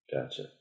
gotcha